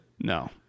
No